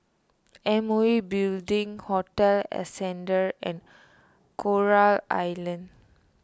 M O E Building Hotel Ascendere and Coral Island